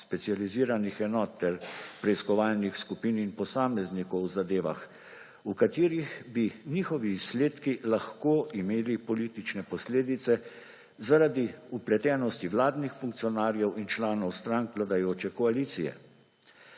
specializiranih enot ter preiskovalnih skupin in posameznikov v zadevah, v katerih bi njihovi izsledki lahko imeli politične posledice zaradi vpletenosti vladnih funkcionarjev in članov strank vladajoče koalicije.